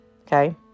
Okay